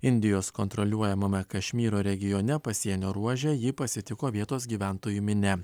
indijos kontroliuojamame kašmyro regione pasienio ruože jį pasitiko vietos gyventojų minia